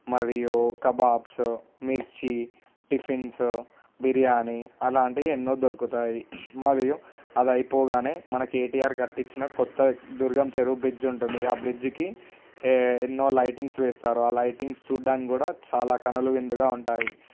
మరియు kebabs mirchi tiffins biryani అలాంటివి ఎన్నో దొరుకుతాయి మరియు అది అయిపోగానే మన కేటీఆర్ కట్టించిన కొత్త దుర్గం చెరువు బ్రిడ్జి ఉంటుంది ఆ బ్రిడ్జికి ఎన్నో లైటింగ్స్ వేస్తారు ఆ లైటింగ్స్ చూడ్డానికి కూడా చాలా కన్నుల విందుగా ఉంటయి